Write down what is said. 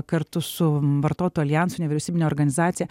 kartu su vartotojų aljanso nevyriausybine organizacija